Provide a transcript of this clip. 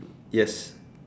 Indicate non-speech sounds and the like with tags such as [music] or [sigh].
yes [breath]